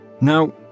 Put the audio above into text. Now